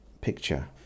picture